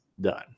done